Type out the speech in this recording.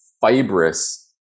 fibrous